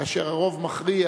כאשר הרוב מכריע,